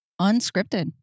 unscripted